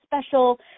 special